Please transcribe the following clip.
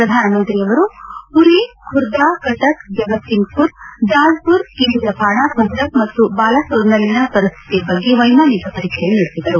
ಪ್ರಧಾನಮಂತ್ರಿ ಅವರು ಪುರಿ ಖುರ್ದಾ ಕಟಕ್ ಜಗತ್ಸಿಂಗ್ ಪುರ್ ಜಾಜ್ಮರ್ ಕೇಂದ್ರಪಾಡಾ ಭದ್ರಕ್ ಮತ್ತು ಬಾಲಾಸೋರ್ನಲ್ಲಿನ ಪರಿಸ್ಹಿತಿಯ ಬಗ್ಗೆ ವೈಮಾನಿಕ ಪರೀಕ್ಷೆ ನಡೆಸಿದರು